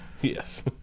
Yes